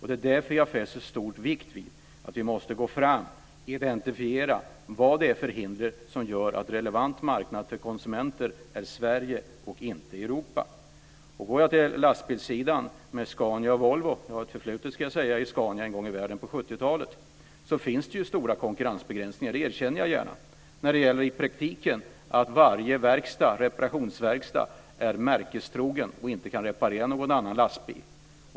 Det är därför jag fäster stor vikt vid att vi måste gå fram och identifiera vad det är för hinder som gör att relevant marknad för konsumenter är Sverige och inte Går jag till lastbilssidan med Scania och Volvo - jag har ett förflutet, ska jag säga, inom Scania en gång i världen, på 70-talet - finns det ju stora konkurrensbegränsningar - det erkänner jag gärna - när det gäller att varje reparationsverkstad i praktiken är märkestrogen och inte kan reparera någon annan lastbil.